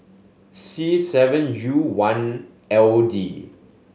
C seven U one L D